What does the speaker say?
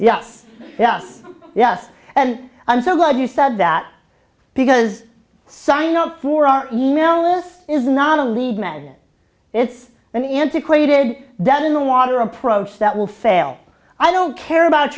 yes yes yes and i'm so glad you said that because sign up for our email list is not a lead man it's an antiquated doesn't water approach that will fail i don't care about